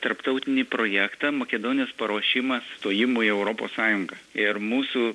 tarptautinį projektą makedonijos paruošimą stojimui į europos sąjungą ir mūsų